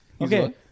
Okay